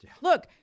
Look